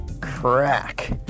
crack